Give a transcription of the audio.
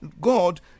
god